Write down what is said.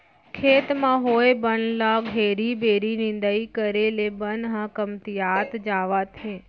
खेत म होए बन ल घेरी बेरी निंदाई करे ले बन ह कमतियात जावत हे